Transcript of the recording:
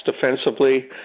defensively